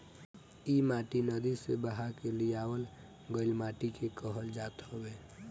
इ माटी नदी से बहा के लियावल गइल माटी के कहल जात हवे